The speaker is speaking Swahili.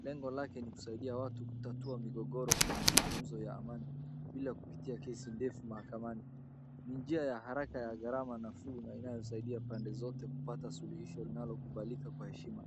Lengo lake ni kusaidia watu kutatua migogoro kwa mazungumzo ya amani bila kupitia kesi ndefu mahakamani. Ni njia ya haraka ya gharama nafuu na inayosaidia pande zote kupata suluhisho linalokubalika kwa heshima.